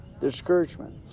discouragement